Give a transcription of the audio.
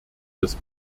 des